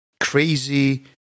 crazy